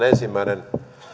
ensimmäinen